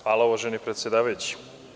Hvala uvaženi predsedavajući.